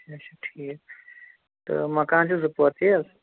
اَچھا اَچھا ٹھیٖک تہٕ مَکان چھِ زٕ پور تی حظ